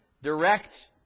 Direct